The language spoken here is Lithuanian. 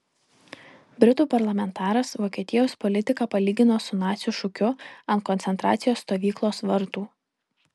britų parlamentaras vokietijos politiką palygino su nacių šūkiu ant koncentracijos stovyklos vartų